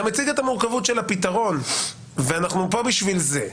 גם הציג את המורכבות של הפתרון ואנחנו פה בשביל זה.